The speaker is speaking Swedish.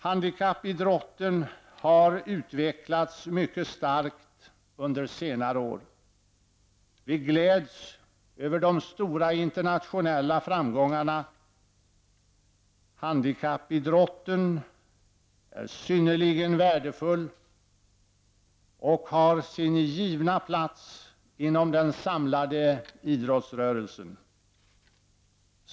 Handikappidrotten har utvecklats mycket starkt under senare år. Vi gläds över de stora internationella framgångarna. Handikappidrotten är synnerligen värdefull och har sin givna plats inom den samlade idrottsrörelsen.